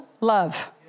love